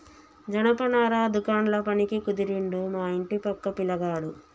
జనపనార దుకాండ్ల పనికి కుదిరిండు మా ఇంటి పక్క పిలగాడు